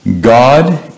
God